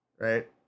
Right